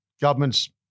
governments